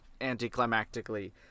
anticlimactically